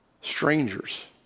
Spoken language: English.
strangers